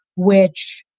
which,